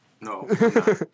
No